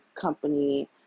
company